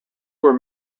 were